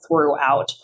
throughout